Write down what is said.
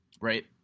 right